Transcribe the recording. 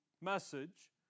message